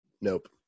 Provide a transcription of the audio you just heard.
Nope